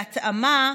בהתאמה,